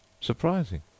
surprising